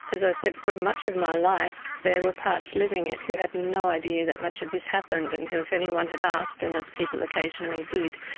as i said, for much of my life there were parts living it who had no idea that much of this happened and who if anyone had asked, and as people occasionally did,